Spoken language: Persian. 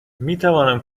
میتوانم